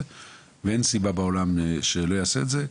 ואין סיבה בעולם שהוא לא יעשה את זה.